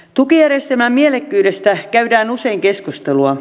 tukijärjestelmän mielekkyydestä käydään usein keskustelua